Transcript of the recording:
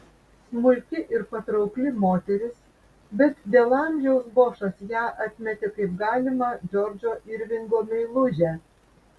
smulki ir patraukli moteris bet dėl amžiaus bošas ją atmetė kaip galimą džordžo irvingo meilužę